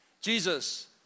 Jesus